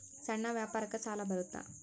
ಸಣ್ಣ ವ್ಯಾಪಾರಕ್ಕ ಸಾಲ ಬರುತ್ತಾ?